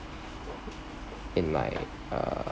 in my uh